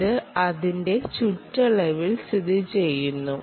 ഇത് അതിന്റെ ചുറ്റളവിൽ സ്ഥിതിചെയ്യുന്നു